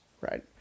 right